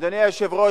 אדוני היושב-ראש,